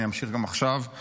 אני אמשיך גם עכשיו.